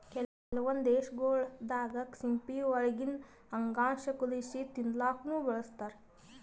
ಕೆಲವೊಂದ್ ದೇಶಗೊಳ್ ದಾಗಾ ಸಿಂಪಿ ಒಳಗಿಂದ್ ಅಂಗಾಂಶ ಕುದಸಿ ತಿಲ್ಲಾಕ್ನು ಬಳಸ್ತಾರ್